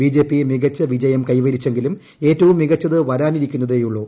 BJP മികച്ച വിജയം കൈവരിച്ചെങ്കിലും ഏറ്റവും മികച്ചത് വരാനിരിക്കുന്നതേയുള്ളൂ